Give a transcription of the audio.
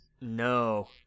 no